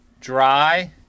Dry